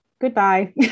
goodbye